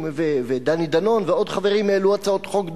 ודני דנון ועוד חברים העלו הצעות חוק דומות,